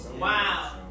Wow